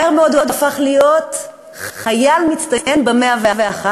מהר מאוד הוא הפך להיות חייל מצטיין ב-101,